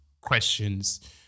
questions